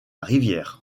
rivière